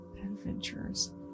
Adventures